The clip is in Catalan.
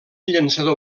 llançador